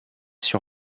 sur